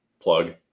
plug